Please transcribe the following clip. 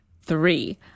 three